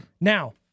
Now